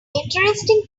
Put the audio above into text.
interesting